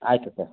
ಆಯ್ತು ಸರ್